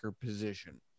position